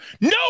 No